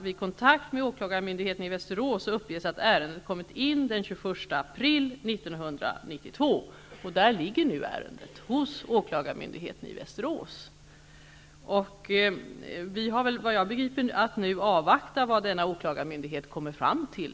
Vid kontakt med åklagarmyndigheten i Västerås uppges att ärendet kommit in den 21 april 1992, och där ligger det nu. Vi har enligt vad jag förstår nu att avvakta vad denna åklagarmyndighet kommer fram till.